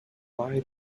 why